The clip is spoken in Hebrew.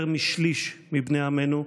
יותר משליש מבני עמנו,